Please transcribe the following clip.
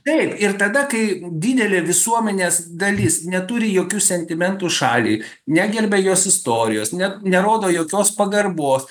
taip ir tada kai didelė visuomenės dalis neturi jokių sentimentų šaliai negerbia jos istorijos net nerodo jokios pagarbos